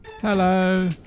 Hello